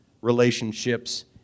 relationships